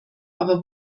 aber